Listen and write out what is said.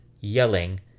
yelling